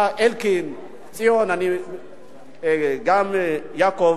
אלקין, ציון, גם יעקב,